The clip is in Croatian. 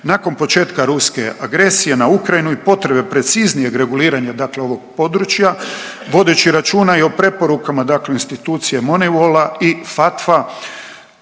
nakon početka ruske agresije na Ukrajinu i potrebe preciznijeg reguliranja dakle ovog područja, vodeći računa i o preporukama dakle institucije Moneyvola i FATF-a,